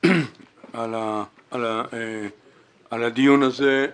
על הדיון הזה.